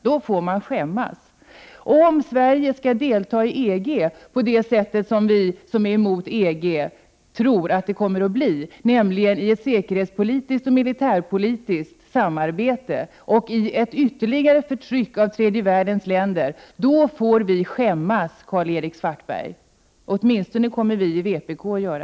Vi får skämmas, Karl-Erik Svartberg, om Sverige skall delta i EG på det sätt som vi som är emot EG tror att det kommer att bli, nämligen i ett säkerhetspolitiskt och militärpolitiskt samarbete ochi ett ytterligare förtryck av tredje världens länder. Åtminstone kommer vi i vpk att skämmas.